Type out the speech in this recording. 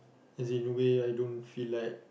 as in the way I don't feel like